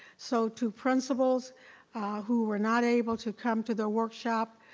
so to principals who were not able to come to the workshop,